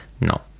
No